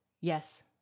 yes